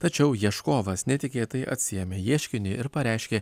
tačiau ieškovas netikėtai atsiėmė ieškinį ir pareiškė